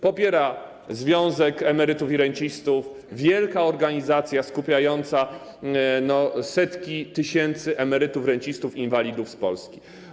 Popiera związek emerytów i rencistów, wielka organizacja skupiająca setki tysięcy emerytów, rencistów i inwalidów z Polski.